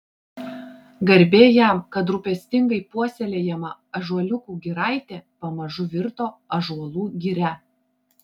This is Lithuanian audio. garbė jam kad rūpestingai puoselėjama ąžuoliukų giraitė pamažu virto ąžuolų giria